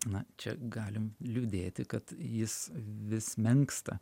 na čia galim liūdėti kad jis vis menksta